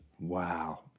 Wow